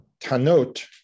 Tanot